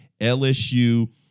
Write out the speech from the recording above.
LSU